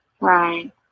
Right